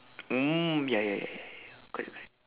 mm ya ya ya ya ya correct correct